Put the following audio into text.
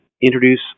introduce